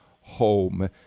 home